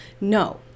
No